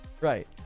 Right